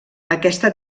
aquesta